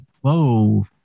whoa